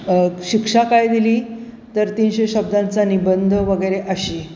श शिक्षा काय दिली तर तीनशे शब्दांचा निबंध वगैरे अशी